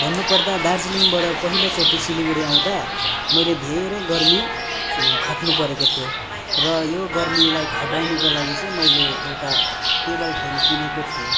भन्नुपर्दा दार्जिलिङबाट पहिलोचोटी सिलगढी आउँदा मैले धेरै गर्मी खप्नु परेको थियो र यो गर्मीलाई खपाउनुको लागि चाहिँ मैले एउटा टेबल फ्यान किनेको थिएँ